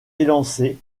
élancé